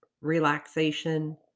relaxation